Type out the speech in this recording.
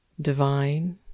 divine